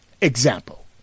Example